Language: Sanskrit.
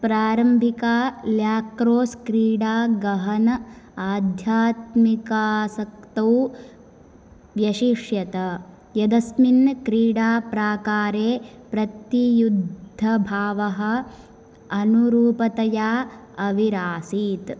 प्रारम्भिका ल्याक्रोस् क्रीडा गहन आध्यात्मिकासक्तौ व्यशिष्यत यदस्मिन् क्रीडाप्राकारे प्रतियुद्धभावः अनुरूपतया अविरासीत्